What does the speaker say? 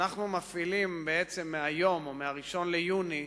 אנחנו מפעילים מהיום, או מ-1 ביוני,